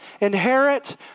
inherit